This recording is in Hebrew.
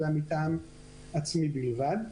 אלא מטעם עצמי בלבד.